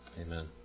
Amen